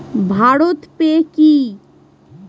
Bharat pay কি?